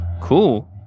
Cool